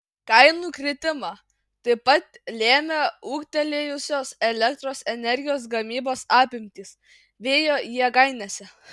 kainų kritimą taip pat lėmė ūgtelėjusios elektros energijos gamybos apimtys vėjo jėgainėse